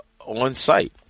on-site